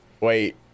wait